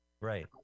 Right